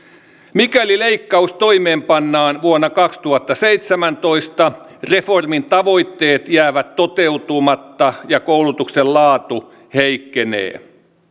mikäli leikkaus toimeenpannaan vuonna kaksituhattaseitsemäntoista reformin tavoitteet jäävät toteutumatta ja koulutuksen laatu heikkenee